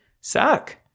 suck